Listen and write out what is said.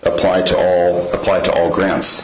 apply to all apply to all grounds